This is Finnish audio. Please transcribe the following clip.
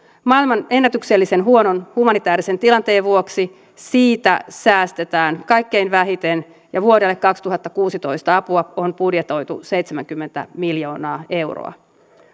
maailman ennätyksellisen huonon humanitäärisen tilanteen vuoksi siitä säästetään kaikkein vähiten ja vuodelle kaksituhattakuusitoista apua on budjetoitu seitsemänkymmentä miljoonaa euroa